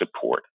support